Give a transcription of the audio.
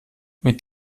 mit